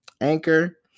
Anchor